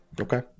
Okay